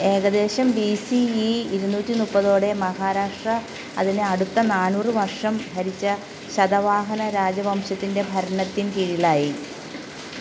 ഏകദേശം B C E ഇരുന്നൂറ്റി മുപ്പതോടെ മഹാരാഷ്ട്ര അതിനെ അടുത്ത നാന്നൂറ് വർഷം ഭരിച്ച ശതവാഹന രാജവംശത്തിൻ്റെ ഭരണത്തിൻ കീഴിലായി